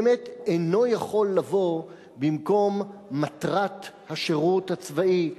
באמת אינו יכול לבוא במקום מטרת השירות הצבאי,